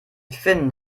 finn